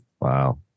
Wow